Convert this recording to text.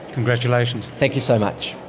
congratulations. thank you so much.